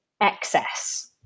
excess